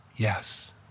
yes